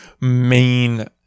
main